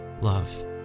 love